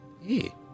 Hey